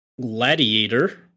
Gladiator